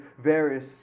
various